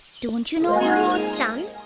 don't you know your own son